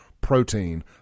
protein